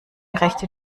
rechte